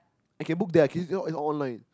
I can book there I can use on online